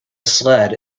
sled